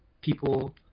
people